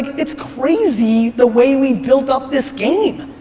it's crazy the way we've built up this game.